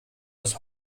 das